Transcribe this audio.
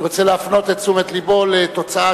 אני רוצה להפנות את תשומת לבו לתוצאה